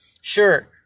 Sure